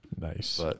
Nice